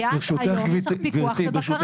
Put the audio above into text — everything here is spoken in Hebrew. כי את היום יש לך פיקוח ובקרה.